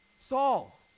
Saul